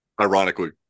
ironically